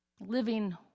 living